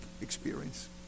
experience